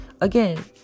again